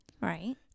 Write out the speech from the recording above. Right